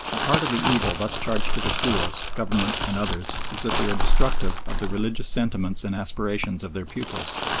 a part of the evil thus charged to the schools, government and others, is that they are destructive of the religious sentiments and aspirations of their pupils.